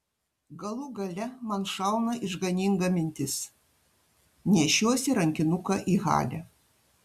galų gale man šauna išganinga mintis nešiuosi rankinuką į halę